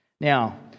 Now